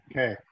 Okay